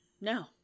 No